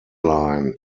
line